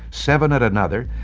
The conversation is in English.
seven at another,